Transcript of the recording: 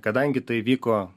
kadangi tai vyko